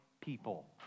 people